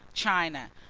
china.